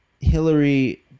Hillary